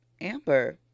Amber